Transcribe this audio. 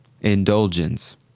Indulgence